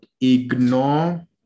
ignore